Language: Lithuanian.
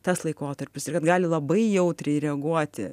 tas laikotarpis ir kad gali labai jautriai reaguoti